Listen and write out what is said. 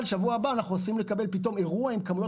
אבל בשבוע הבא אנחנו עשויים לקבל פתאום אירוע עם כמויות